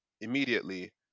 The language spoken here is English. immediately